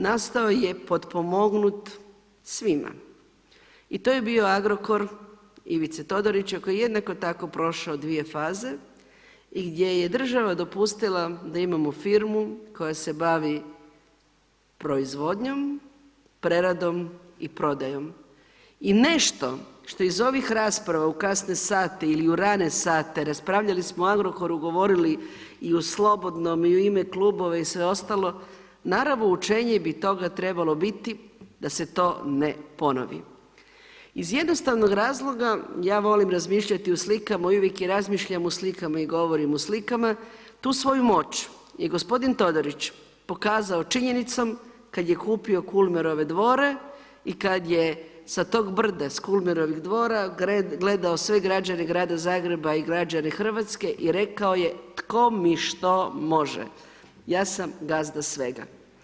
Nastao je potpomognut svima i to je bio Agrokor Ivice Todorića koji je jednako tako prošao 2 faze i gdje je država dopustila da imamo firmu koja se bavi proizvodnjom, preradom i prodajom i nešto što iz ovih rasprava u kasne sate ili u rane sate raspravljali smo o Agrokoru govorili i o slobodnom i u ime klubova i sve ostalo, naravno učenje bi toga trebalo biti da se to ne ponovi iz jednostavnog razloga, ja volim razmišljati u slikama i uvijek i razmišljam u slikama i govorim u slikama, tu svoju moć je gospodin Todorić pokazao činjenicom kad je kupio Kulmerove dvore i kad je sa tog brda, sa Kulmerovih dvora gledao sve građane grada Zagreba i građane Hrvatske i rekao je tko mi što može, ja sam gazda svega.